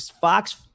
Fox